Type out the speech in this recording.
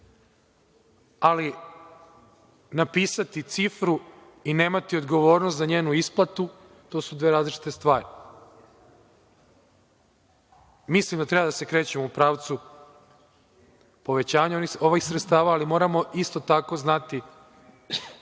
ali napisati cifru i nemati odgovornost za njenu isplatu, to su dve različite stvari. Mislim da treba da se krećemo u pravcu povećanja ovih sredstava, ali moramo isto tako znati